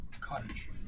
Cottage